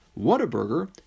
Whataburger